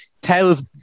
Taylor's